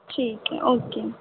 ਠੀਕ ਹੈ ਓਕੇ